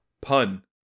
Pun